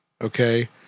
okay